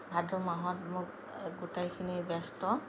ভাদ মাহত মোক গোটেইখিনিয়ে ব্যস্ত